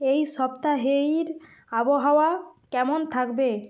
এই সপ্তাহের আবহাওয়া কেমন থাকবে